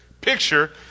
picture